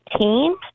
team